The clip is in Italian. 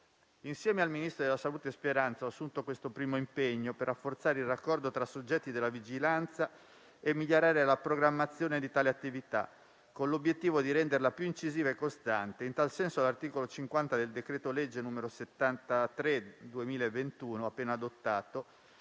Insieme al ministro della salute Speranza ho assunto questo primo impegno, per rafforzare il raccordo tra soggetti della vigilanza e migliorare la programmazione di tale attività, con l'obiettivo di renderla più incisiva e costante. In tal senso l'articolo 50 del decreto-legge n. 73 del 2021, appena adottato,